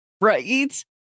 Right